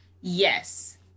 Yes